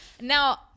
Now